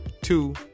Two